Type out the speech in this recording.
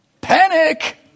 Panic